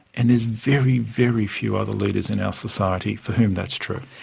and there's very, very few other leaders in our society for whom that's true.